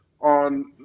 on